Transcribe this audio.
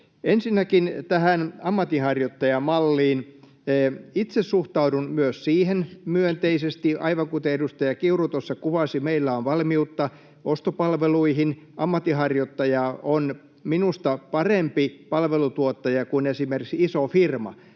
Ensinnäkin tähän ammatinharjoittajamalliin: Itse suhtaudun myös siihen myönteisesti. Aivan kuten edustaja Kiuru tuossa kuvasi, meillä on valmiutta ostopalveluihin. Ammatinharjoittaja on minusta parempi palveluntuottaja kuin esimerkiksi iso firma.